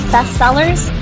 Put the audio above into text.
Bestsellers